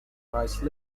rice